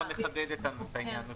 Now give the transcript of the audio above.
אנחנו נחדד את העניין הזה.